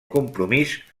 compromís